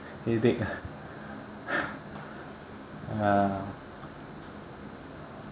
headache ah ya